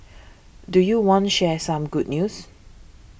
do you want share some good news